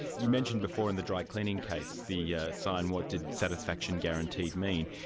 you mentioned before in the dry-cleaning case, the yeah sign what did satisfaction guaranteed mean.